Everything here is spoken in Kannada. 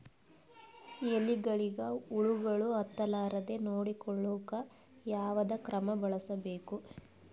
ಎಲೆಗಳಿಗ ಹುಳಾಗಳು ಹತಲಾರದೆ ನೊಡಕೊಳುಕ ಯಾವದ ಕ್ರಮ ಬಳಸಬೇಕು?